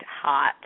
hot